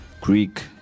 Greek